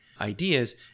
ideas